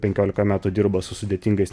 penkiolika metų dirbo su sudėtingais